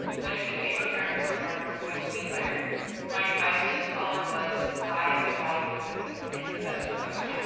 when it became apparent that mark was going to be hired my advice to the caller was eyes wide open is the best approach.